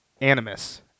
Animus